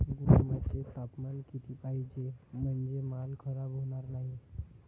गोदामाचे तापमान किती पाहिजे? म्हणजे माल खराब होणार नाही?